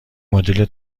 مدل